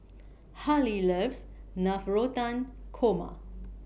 Hali loves Navratan Korma